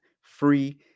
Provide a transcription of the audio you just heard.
free